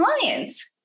clients